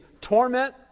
torment